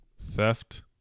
theft